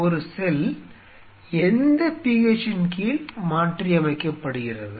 ஒரு செல் எந்த pH இன் கீழ் மாற்றியமைக்கப்படுகிறது